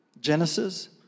Genesis